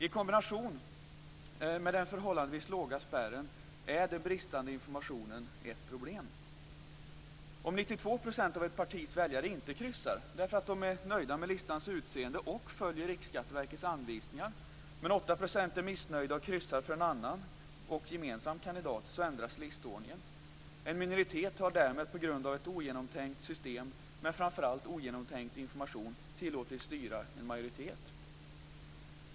I kombination med den förhållandevis låga spärren är den bristande informationen ett problem. Om 92 % av ett partis väljare inte kryssar, därför att de är nöjda med listans utseende och följer Riksskatteverkets anvisningar, men 8 % är missnöjda och kryssar för en annan och gemensam kandidat så ändras listordningen. En minoritet har därmed på grund av ett ogenomtänkt system, men framför allt på grund av ogenomtänkt information, tillåtits styra en majoritet.